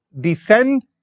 descend